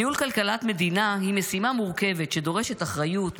ניהול כלכלת מדינה הוא משימה מורכבת שדורשת אחריות,